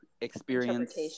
experience-